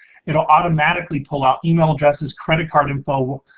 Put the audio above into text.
it'll automatically pull out email addresses, credit card info,